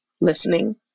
listening